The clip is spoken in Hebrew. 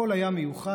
הכול היה מיוחד,